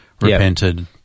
repented